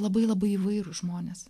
labai labai įvairūs žmonės